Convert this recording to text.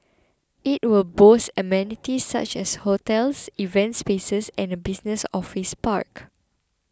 it will boast amenities such as hotels events spaces and a business office park